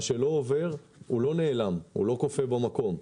מה שלא עובר, לא נעלם או לא קופא במקום.